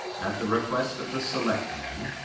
at the request of the selectmen,